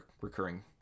recurring